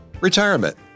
Retirement